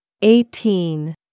eighteen